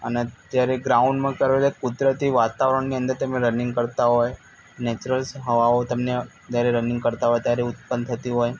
અને ત્યારે ગ્રાઉન્ડમાં કરેલ કુદરતી વાતાવરણની અંદર તમે રનીંગ કરતાં હોય નેચરલ્સ હવાઓ તમને જ્યારે રનીંગ કરતાં હોય ઉત્પન્ન થતી હોય